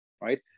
right